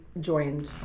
joined